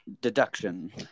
deduction